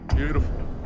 Beautiful